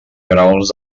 graons